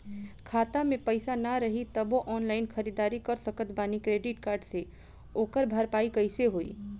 खाता में पैसा ना रही तबों ऑनलाइन ख़रीदारी कर सकत बानी क्रेडिट कार्ड से ओकर भरपाई कइसे होई?